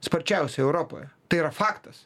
sparčiausiai europoje tai yra faktas